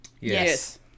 Yes